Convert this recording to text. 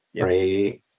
right